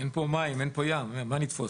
אין פה מים, אין פה ים, מה נתפוס?